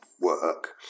work